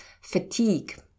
fatigue